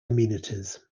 amenities